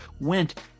went